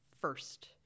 first